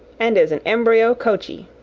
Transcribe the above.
and is an embryo coachey.